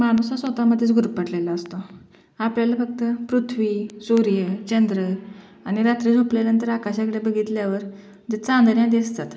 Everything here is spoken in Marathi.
माणूस हा स्वतःमध्येच गुरफटलेला असतो आपल्याला फक्त पृथ्वी सूर्य चंद्र आणि रात्री झोपल्यानंतर आकाशाकडे बघितल्यावर जे चांदण्या दिसतात